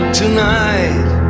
tonight